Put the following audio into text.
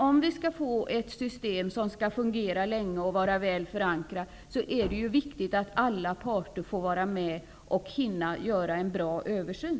Om vi skall få ett system som skall fungera länge och vara väl förankrat, är det viktigt att alla parter hinner vara med och göra en bra översyn.